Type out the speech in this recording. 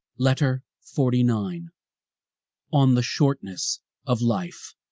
letter forty nine on the shortness of life.